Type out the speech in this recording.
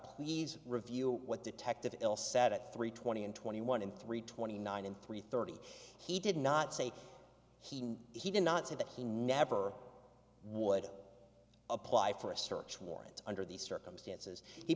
please review what detective l sat at three twenty and twenty one in three twenty nine and three thirty he did not say he he did not say that he never would apply for a search warrant under these circumstances he